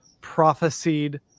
prophesied